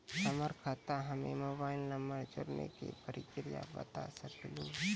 हमर खाता हम्मे मोबाइल नंबर जोड़े के प्रक्रिया बता सकें लू?